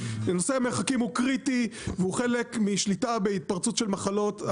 ונושא המרחקים הוא קריטי והוא חלק משליטה בהתפרצות של מחלות.